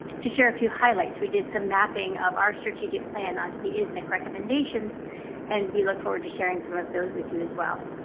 share a few highlights. we did some mapping of our strategic plan onto the ismicc recommendations and we look forward to sharing some of those with you as well.